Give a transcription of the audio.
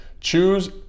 choose